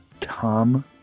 Tom